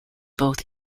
both